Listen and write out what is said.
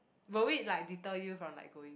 will it like deter you from like going